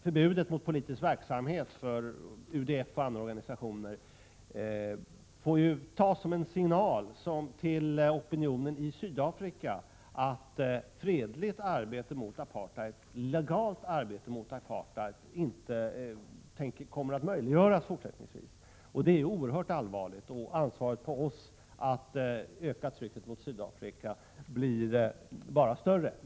Förbudet mot politisk verksamhet för UDF och andra organisationer får tas som en signal till opinionen i Sydafrika, att fredligt och legalt arbete mot apartheid inte kommer att möjliggöras fortsättningsvis. Det är oerhört allvarligt, och vårt ansvar för att öka trycket mot Sydafrika blir bara större.